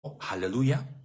hallelujah